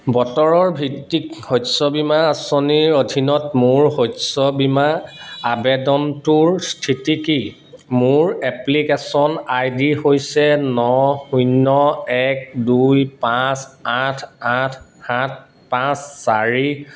বতৰৰ ভিত্তিক শস্য বীমা আঁচনিৰ অধীনত মোৰ শস্য বীমা আবেদনটোৰ স্থিতি কি মোৰ এপ্লিকেশ্যন আই ডি হৈছে ন শূন্য এক দুই পাঁচ আঠ আঠ সাত পাঁচ চাৰি